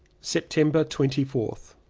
september twenty fourth.